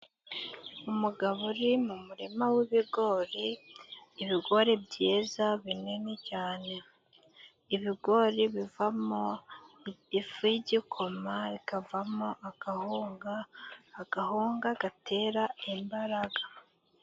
Umugabo uri mu murima w'ibigori. Ibigori byiza, binini cyane ibigori bivamo ifu y'igikoma, bikavamo agahunga, agahunga gatera imbaraga.